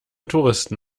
touristen